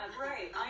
Right